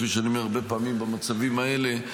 כפי שאני אומר הרבה פעמים במצבים האלה,